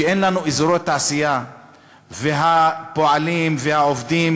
מפני שאין לנו אזורי תעשייה והפועלים והעובדים